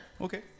okay